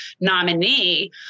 nominee